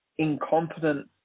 incompetent